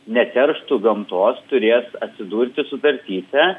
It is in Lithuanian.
neterštų gamtos turės atsidurti sutartyse